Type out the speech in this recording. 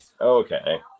Okay